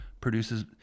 produces